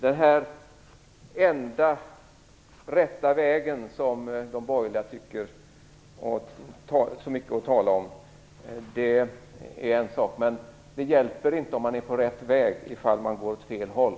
Den enda rätta vägen som de borgerliga talar så mycket om är en sak. Men det hjälper inte om man är på rätt väg ifall man går åt fel håll.